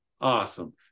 Awesome